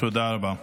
תודה רבה.